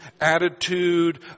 attitude